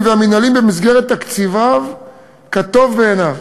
והמינהליים במסגרת תקציביו כטוב בעיניו.